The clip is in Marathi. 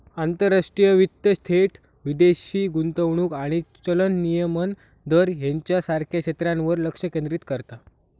आंतरराष्ट्रीय वित्त थेट विदेशी गुंतवणूक आणि चलन विनिमय दर ह्येच्यासारख्या क्षेत्रांवर लक्ष केंद्रित करता